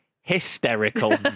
hysterical